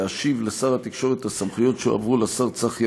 להשיב לשר התקשורת את הסמכויות שהועברו לשר צחי